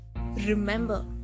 Remember